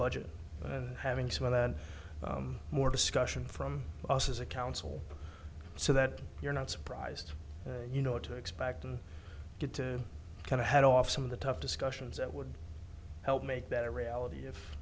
budget and having to add more discussion from us as a council so that you're not surprised you know to expect to get to kind of head off some of the tough discussions that would help make that a reality if